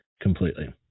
completely